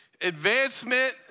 advancement